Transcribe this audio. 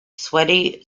sweaty